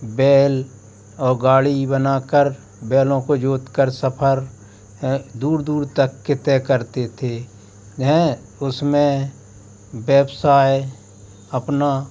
बैल और गाड़ी बनाकर बैलों को जोतकर सफर दूर दूर तक के तय करते थे हें उसमें व्यवसाय अपना